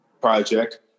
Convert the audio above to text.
project